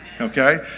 okay